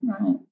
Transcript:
Right